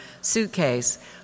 suitcase